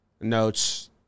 notes